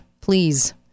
please